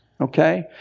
Okay